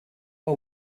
but